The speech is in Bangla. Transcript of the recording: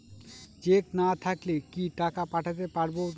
চেক না থাকলে কি টাকা পাঠাতে পারবো না?